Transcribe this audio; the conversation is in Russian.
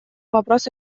вопрос